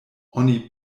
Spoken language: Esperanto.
oni